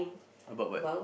about what